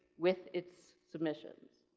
with its submissions.